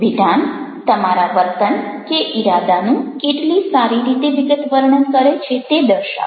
વિધાન તમારા વર્તન કે ઇરાદાનું કેટલી સારી રીતે વિગતવર્ણન કરે છે તે દર્શાવો